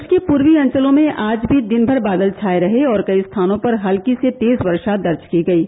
प्रदेश के पूर्वी अंचलों में आज भी दिन भर बादल छाए रहे और कई स्थानों पर हल्की से तेज वर्षा दर्ज की गयी